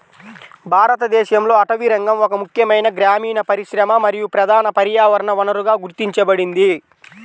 భారతదేశంలో అటవీరంగం ఒక ముఖ్యమైన గ్రామీణ పరిశ్రమ మరియు ప్రధాన పర్యావరణ వనరుగా గుర్తించబడింది